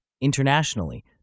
Internationally